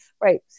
Right